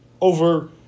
over